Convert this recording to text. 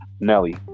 Nelly